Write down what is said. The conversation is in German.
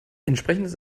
entsprechendes